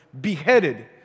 beheaded